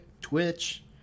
Twitch